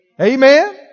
Amen